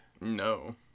No